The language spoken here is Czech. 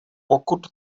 pokud